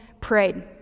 prayed